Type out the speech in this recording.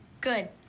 Good